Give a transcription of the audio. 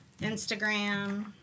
Instagram